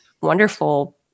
wonderful